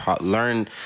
learn